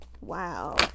Wow